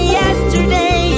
yesterday